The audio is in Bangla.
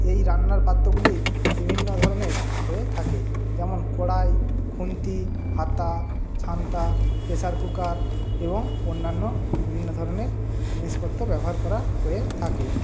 এই রান্নার পাত্রগুলি বিভিন্ন ধরণের হয়ে থাকে যেমন কড়াই খুন্তি হাতা ছানতা প্রেসার কুকার এবং অন্যান্য বিভিন্ন ধরণের জিনিসপত্র ব্যবহার করা হয়ে থাকে